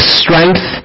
strength